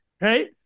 right